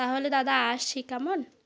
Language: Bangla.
তাহলে দাদা আসছি কেমন